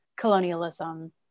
colonialism